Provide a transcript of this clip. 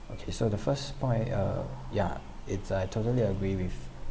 okay so the first point uh yeah it's I totally agree with